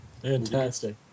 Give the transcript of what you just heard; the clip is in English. Fantastic